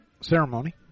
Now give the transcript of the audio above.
ceremony